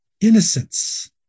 innocence